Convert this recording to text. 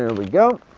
and we go.